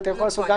אתה יכול לעשות.